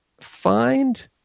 find